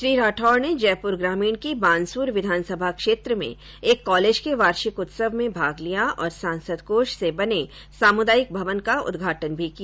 श्री राठौड़ ने जयप्र ग्रामीण की बानसूर विधानसभा क्षेत्र में एक कॉलेज के वार्षिक उत्सव में भाग लिया और सांसद कोष से बने सामुदायिक भवन का उद्घाटन भी किया